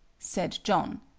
said john,